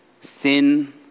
sin